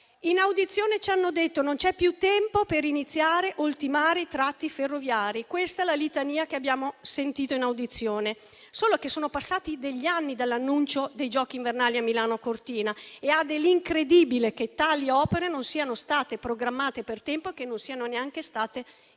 In audizione ci hanno detto che non c'è più tempo per iniziare o ultimare le tratte ferroviarie: questa è la litania che abbiamo sentito in audizione. Solo che sono passati anni dall'annuncio dei Giochi olimpici invernali di Milano-Cortina e ha dell'incredibile che tali opere non siano state programmate per tempo e che non siano neanche state iniziate.